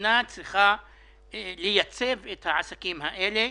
המדינה צריכה לייצב את העסקים האלה.